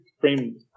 frame